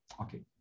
okay